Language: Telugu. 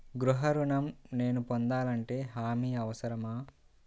గృహ ఋణం నేను పొందాలంటే హామీ అవసరమా?